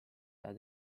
hea